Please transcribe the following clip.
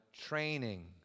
training